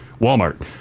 Walmart